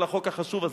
על החוק החשוב הזה.